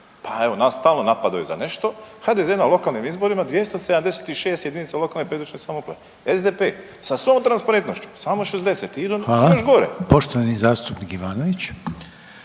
Pa evo nas stalno napadaju za nešto, HDZ na lokalnim izborima 276 jedinica lokalne i područne samouprave, SDP sa svom transparentnošću samo 60, …/Govornik se ne